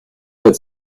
votre